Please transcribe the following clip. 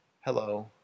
hello